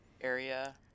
area